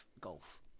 golf